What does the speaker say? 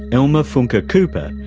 elmer funke ah kupper,